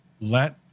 Let